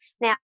Now